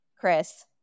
Chris